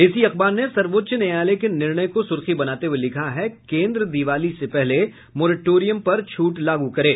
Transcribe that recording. इसी अखबार ने सर्वोच्च न्यायालय के निर्णय को सुर्खी बनाते हुए लिखा है केन्द्र दिवाली से पहले मोरेटोरियम पर छूट लागू करे